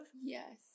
yes